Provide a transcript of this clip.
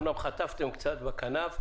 אומנם חטפתם קצת בכנף,